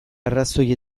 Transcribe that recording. arrazoi